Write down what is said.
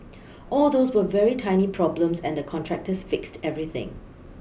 all those were very tiny problems and the contractors fixed everything